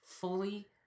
fully